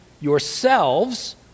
yourselves